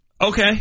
Okay